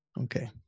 Okay